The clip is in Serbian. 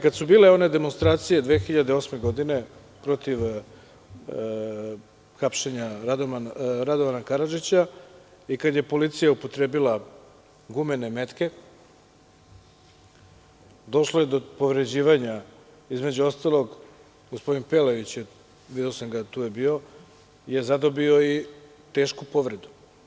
Kada su bile one demonstracije 2008. godine protiv hapšenja Radovana Karadžića, i kada je policija upotrebila gumene metke, došlo je do povređivanja, između ostalog, gospodin Pelević je zadobio i tešku povredu.